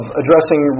addressing